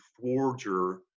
forger